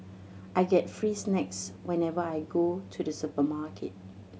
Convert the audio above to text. I get free snacks whenever I go to the supermarket